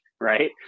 right